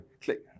click